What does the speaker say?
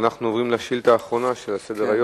אנחנו עוברים לשאילתא האחרונה על סדר-היום,